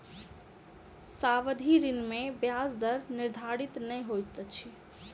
सावधि ऋण में ब्याज दर निर्धारित नै होइत अछि